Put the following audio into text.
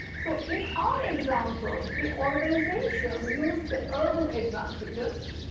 so in our example, the organization used the urban advantages.